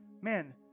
Man